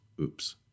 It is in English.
Oops